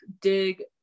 dig